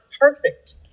perfect